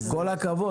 עם כל הכבוד,